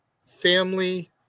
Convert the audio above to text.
family